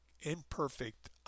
imperfect